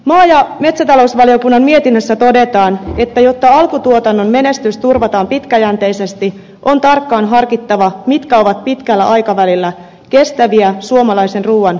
maa ja metsätalousvaliokunnan mietinnössä todetaan että jotta alkutuotannon menestys turvataan pitkäjänteisesti on tarkkaan harkittava mitkä ovat pitkällä aikavälillä kestäviä suomalaisen ruuan tuotantotapoja